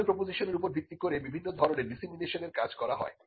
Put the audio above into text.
এই value proposition এর উপর ভিত্তি করে বিভিন্ন ধরনের ডিসিমিনেশনের কাজ করা হয়